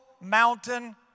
mountain